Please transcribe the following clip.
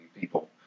people